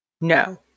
No